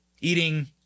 eating